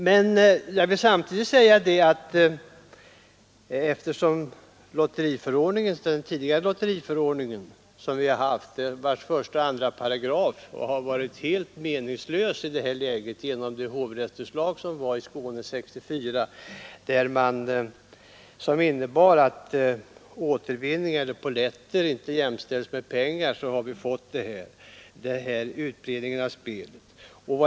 Samtidigt vill jag emellertid säga att första och andra paragraferna i den lotteriförordning vi tidigare haft blev helt meningslösa efter hovrättsutslag i Skåne 1964, som innebar att polletter inte jämställdes med pengar. Det är det som gjort att vi har fått denna utbredning av spelet.